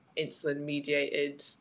insulin-mediated